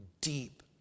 Deep